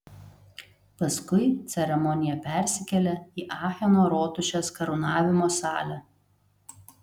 paskui ceremonija persikėlė į acheno rotušės karūnavimo salę